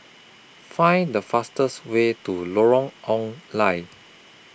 Find The fastest Way to Lorong Ong Lye